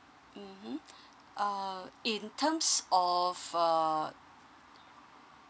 mm uh in terms of uh